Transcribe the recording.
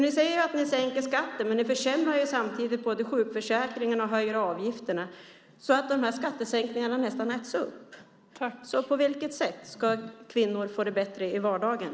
Ni säger att ni sänker skatten, men ni försämrar samtidigt sjukförsäkringen och höjer avgifterna så att skattesänkningarna nästan äts upp. På vilket sätt ska kvinnor få det bättre i vardagen?